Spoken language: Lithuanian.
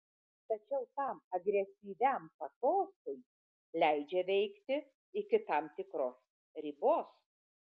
tačiau tam agresyviam patosui leidžia veikti iki tam tikros ribos